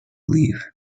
leave